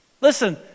Listen